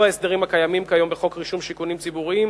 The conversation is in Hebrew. ההסדרים הקיימים כיום בחוק רישום שיכונים ציבוריים,